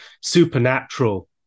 supernatural